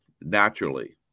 naturally